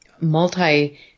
multi